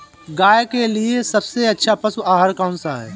गाय के लिए सबसे अच्छा पशु आहार कौन सा है?